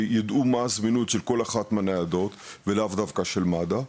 שידעו מה הזמינות של כל אחת מהניידות ולאו דווקא של מד"א,